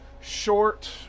short